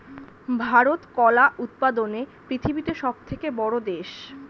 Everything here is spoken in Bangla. ভারত কলা উৎপাদনে পৃথিবীতে সবথেকে বড়ো দেশ